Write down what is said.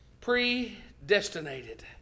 predestinated